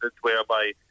whereby